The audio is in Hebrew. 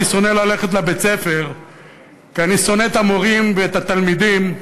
אני שונא ללכת לבית-הספר כי אני שונא את המורים ואת התלמידים",